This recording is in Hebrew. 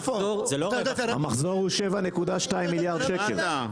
המחזור הוא 7.2 מיליארד שקל.